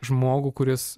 žmogų kuris